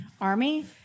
army